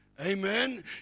Amen